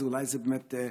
אז אולי זה באמת,